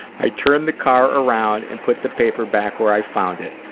i turned the car around and put the paper back where i found it.